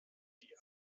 die